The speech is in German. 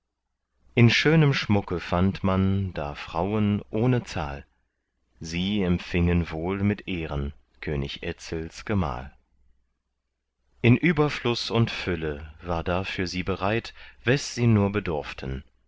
in schönem schmucke fand man da frauen ohne zahl sie empfingen wohl mit ehren könig etzels gemahl in überfluß und fülle war da für sie bereit wes sie nur bedurften